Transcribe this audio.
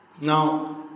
Now